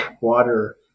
water